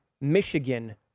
Michigan